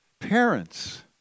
parents